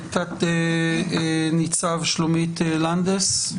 תת-ניצב שלומית לנדס,